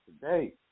today